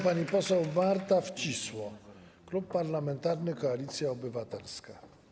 Pani poseł Marta Wcisło, Klub Parlamentarny Koalicja Obywatelska.